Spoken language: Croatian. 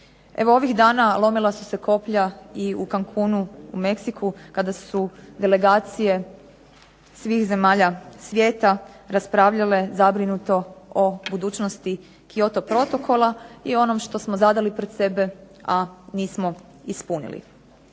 ovih dana lomila su se koplja i u Cancunu u Meksiku kada su delegacije svih zemalja svijeta raspravljale zabrinuto o budućnosti Kyoto protokola i o onom što smo zadali pred sebe, a nismo ispunili.